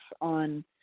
on